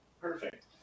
Perfect